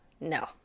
No